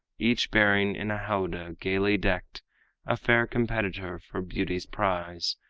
each bearing in a howdah gaily decked a fair competitor for beauty's prize,